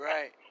Right